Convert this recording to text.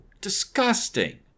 disgusting